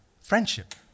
Friendship